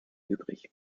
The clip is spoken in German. übrig